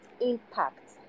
impact